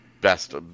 best